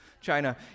China